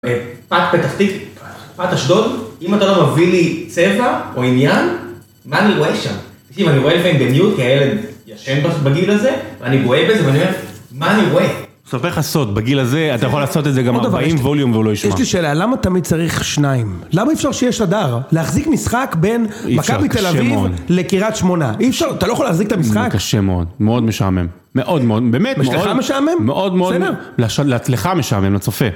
פת פתח תקווה, פת אשדוד, אם אתה לא מביא לי צבע או עניין, מה אני רואה שם? אני רואה לפעמים בציוט כי הילד ישן בגיל הזה, ואני רואה בזה ואני אומר, מה אני רואה? אני אספר לך סוד, בגיל הזה אתה יכול לעשות את זה גם 40 ווליום והוא לא יישמע. יש לי שאלה, למה תמיד צריך שניים? למה אי אפשר שיהיה שדר? להחזיק משחק בין מכבי תל אביב לקריית שמונה. אי אפשר, אתה לא יכול להחזיק את המשחק. זה קשה מאוד, מאוד משעמם. מאוד מאוד, באמת מאוד. יש לך משעמם? מאוד מאוד. בסדר, להצליחה משעמם, לצופה.